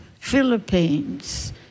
Philippines